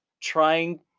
trying